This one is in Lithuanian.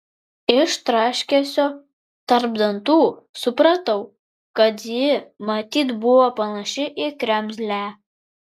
iš traškesio tarp dantų supratau kad ji matyt buvo panaši į kremzlę